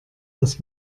dass